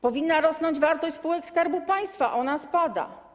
Powinna rosnąć wartość spółek Skarbu Państwa, a ona spada.